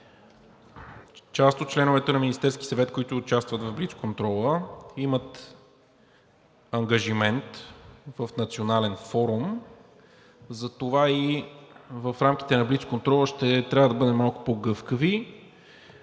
част от членовете на Министерския съвет, които участват в блицконтрола, имат ангажимент в национален форум, затова и в рамките на блицконтрола ще трябва да бъдем малко по-гъвкави.